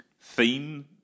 theme